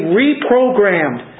reprogrammed